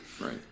Right